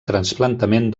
trasplantament